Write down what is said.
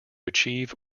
achieve